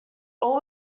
all